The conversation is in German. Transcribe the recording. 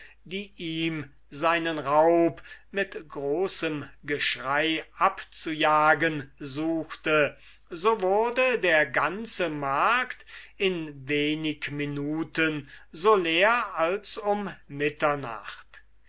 die ihm seinen raub mit großem geschrei abzujagen suchten so wurde der ganze markt in wenig minuten so leer als um mitternacht